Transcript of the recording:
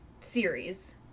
series